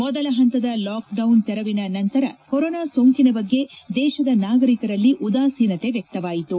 ಮೊದಲ ಪಂತದ ಲಾಕ್ಡೌನ್ ತೆರವಿನ ನಂತರ ಕೊರೊನಾ ಸೋಂಕಿನ ಬಗ್ಗೆ ದೇತದ ನಾಗರಿಕರಲ್ಲಿ ಉದಾಖೀನತೆ ವ್ವಕ್ತವಾಯಿತು